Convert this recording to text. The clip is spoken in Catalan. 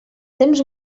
temps